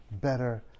better